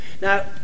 Now